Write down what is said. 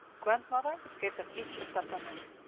grandmother gave them each a peppermint.